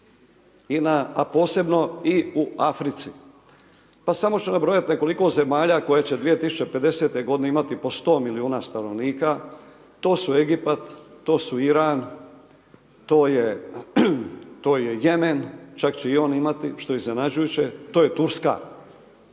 a posebno i u Africi pa samo ću nabrojati nekoliko zemalja koje će 2050. g. imati po 100 milijuna stanovnika. To su Egipat, to su Iran, to je Jemen, čak će i on imati što je iznenađujuće, to je Turska.